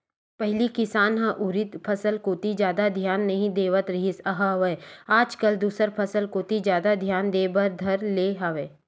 पहिली किसान ह उरिद फसल कोती जादा धियान नइ देवत रिहिस हवय आज कल दूसर फसल कोती जादा धियान देय बर धर ले हवय